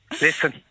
Listen